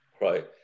right